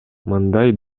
мындай